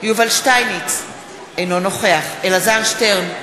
יובל שטייניץ, אינו נוכח אלעזר שטרן,